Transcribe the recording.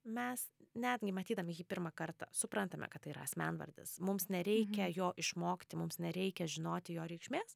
mes netgi matydami jį pirmą kartą suprantame kad tai yra asmenvardis mums nereikia jo išmokti mums nereikia žinoti jo reikšmės